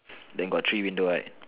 then got three window right